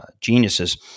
geniuses